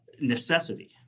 necessity